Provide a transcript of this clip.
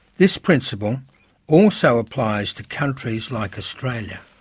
this principle also applies to countries like australia.